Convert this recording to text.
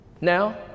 Now